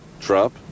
Trump